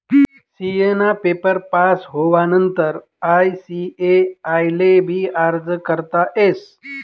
CA ना paper pass होवानंतर ICAI ले भी अर्ज करता येस